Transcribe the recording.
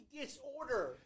disorder